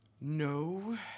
No